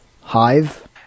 hive